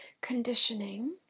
conditioning